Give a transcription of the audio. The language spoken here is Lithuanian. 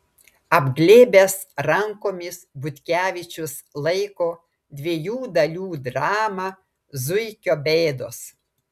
apglėbęs rankomis butkevičius laiko dviejų dalių dramą zuikio bėdos